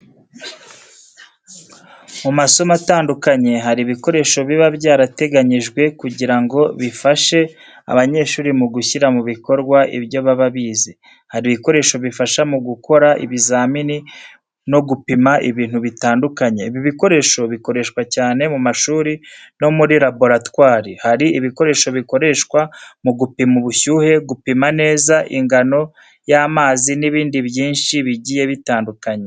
Mu masomo atandukanye hari ibikoresho biba byarateganijwe kugira ngo bifashe abanyeshuri mu gushyira mu bikorwa ibyo baba bize. Hari ibikoresho bifasha mu gukora ibizamini, no gupima ibintu bitandukanye. Ibi bikoresho bikoreshwa cyane mu mashuri no muri laboratwari. Hari ibikoresho bikoreshwa mu gupima ubushyuhe, gupima neza ingano y'amazi n'ibindi byinshi bigiye bitandukanye.